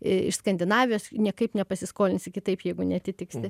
iš skandinavijos niekaip nepasiskolinsi kitaip jeigu neatitiksi